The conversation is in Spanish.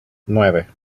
nueve